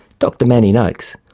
dr manny noakes,